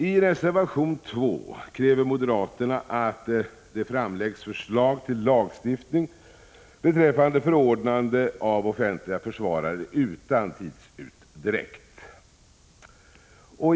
I reservation 2 kräver moderaterna att det utan tidsutdräkt framläggs förslag till lagstiftning beträffande förordnande av offentliga försvarare.